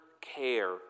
care